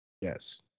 Yes